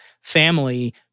family—